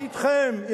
אתכם,